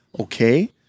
okay